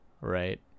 right